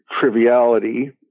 triviality